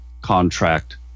contract